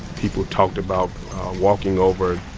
people talked about walking over,